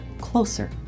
closer